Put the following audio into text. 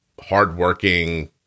hardworking